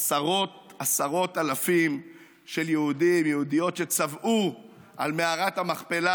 עשרות עשרות אלפים של יהודים ויהודיות שצבאו על מערת המכפלה,